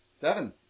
Seven